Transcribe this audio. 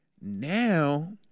Now